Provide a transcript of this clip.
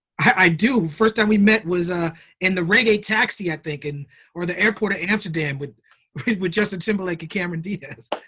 i do. first time we met was ah in the reggae taxi, i think, and or the airport in amsterdam with with justin timberlake and cameron diaz.